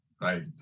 Right